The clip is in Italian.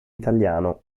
italiano